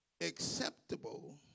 acceptable